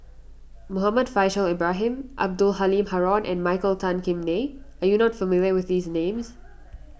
Muhammad Faishal Ibrahim Abdul Halim Haron and Michael Tan Kim Nei are you not familiar with these names